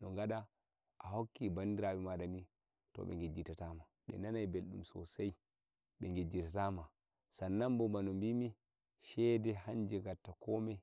dokaga a lokaci bandirawomada me beggitatama benani beldum sosai sannan bo bano bimi shede hanje gatta komai.